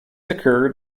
occurred